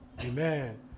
amen